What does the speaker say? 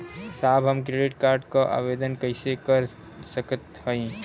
साहब हम credit card क आवेदन कइसे कर सकत हई?